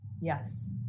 Yes